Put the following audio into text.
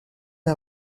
une